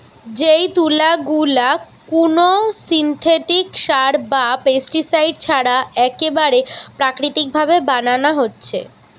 যেই তুলা গুলা কুনো সিনথেটিক সার বা পেস্টিসাইড ছাড়া একেবারে প্রাকৃতিক ভাবে বানানা হচ্ছে